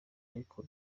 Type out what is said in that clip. ariko